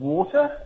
Water